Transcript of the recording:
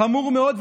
חמור מאוד.